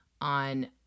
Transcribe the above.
on